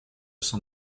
cent